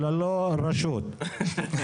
מה שכתוב בגמרא שמתחילים ממה שהקודם סיים.